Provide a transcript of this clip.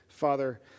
Father